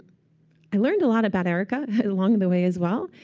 i learned a lot about erica along the way as well.